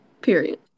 Period